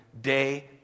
day